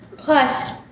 Plus